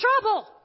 trouble